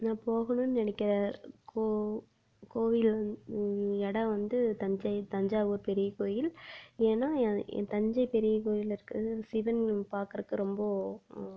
நான் போகணுன்னு நினைக்கிற கோ கோவில் இடம் வந்து தஞ்சை தஞ்சாவூர் பெரிய கோயில் ஏன்னால் தஞ்சை பெரிய கோயிலிருக்குற சிவன் பார்க்குறக்கு ரொம்ப